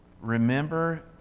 Remember